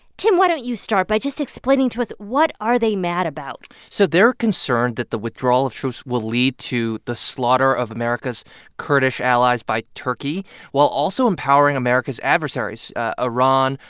tim, why don't you start by just explaining to us what are they mad about? so they're concerned that the withdrawal of troops will lead to the slaughter of america's kurdish allies by turkey while also empowering america's adversaries iran,